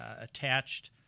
attached